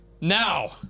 Now